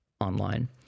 Online